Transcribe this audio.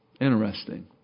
Interesting